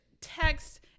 text